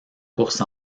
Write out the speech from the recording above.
course